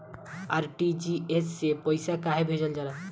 RTGS से पइसा कहे भेजल जाला?